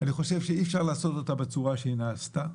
אני חושב שאי אפשר לעשות אותה בצורה שהיא נעשתה,